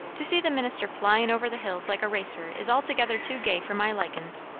to see the minister flyin' over the hills like a racer is altogether too gay for my likin's.